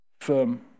firm